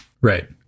Right